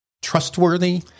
trustworthy